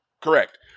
correct